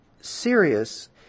serious